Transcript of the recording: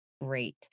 Great